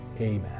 Amen